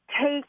take